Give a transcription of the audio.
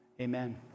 Amen